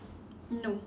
no